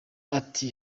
ati